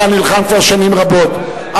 אתה נלחם כבר שנים רבות,